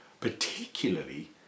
particularly